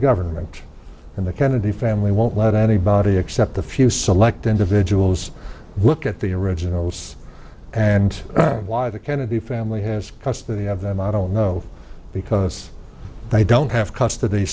government and the kennedy family won't let anybody except the few select individuals who look at the originals and why the kennedy family has custody of them i don't know because they don't have custody